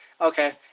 Okay